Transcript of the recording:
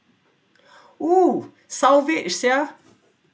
!woo! salvage sia